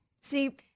See